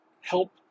help